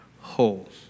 whole